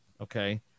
Okay